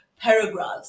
paragraphs